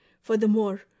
Furthermore